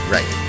Right